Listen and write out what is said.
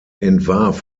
entwarf